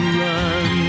run